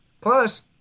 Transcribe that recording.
Plus